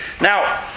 Now